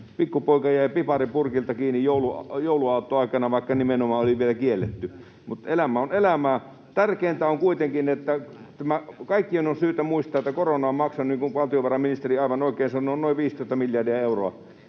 pikkupoika jäi piparipurkilta kiinni jouluaattoaikana, vaikka se nimenomaan oli vielä kielletty. Mutta elämä on elämää. Tärkeintä on kuitenkin, ja tämä kaikkien on syytä muistaa, että korona on maksanut, niin kuin valtiovarainministeri aivan oikein sanoi, noin 15 miljardia euroa.